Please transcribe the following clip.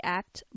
act